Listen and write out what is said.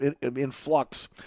influx